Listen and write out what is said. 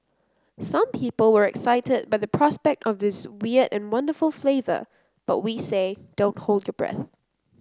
some people were excited by the prospect of this weird and wonderful flavour but we say don't hold your breath